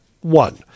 one